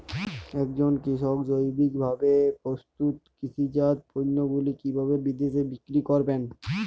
একজন কৃষক জৈবিকভাবে প্রস্তুত কৃষিজাত পণ্যগুলি কিভাবে বিদেশে বিক্রি করবেন?